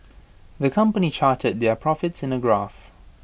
the company charted their profits in A graph